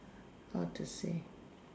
how to say